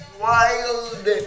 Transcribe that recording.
wild